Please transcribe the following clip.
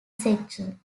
section